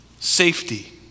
safety